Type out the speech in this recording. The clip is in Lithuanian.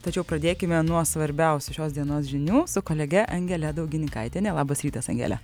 tačiau pradėkime nuo svarbiausių šios dienos žinių su kolege angele daugininkaitiene labas rytas angele